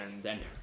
Center